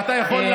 ואתה יכול,